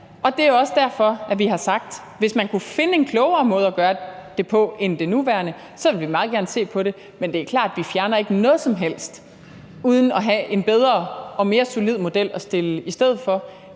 Og det er jo også derfor, vi har sagt, at hvis man kan finde en klogere måde at gøre det på end den nuværende, vil vi meget gerne se på det. Men det er klart, at vi ikke fjerner noget som helst uden at have en bedre og mere solid model at stille i stedet for.